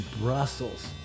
Brussels